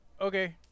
okay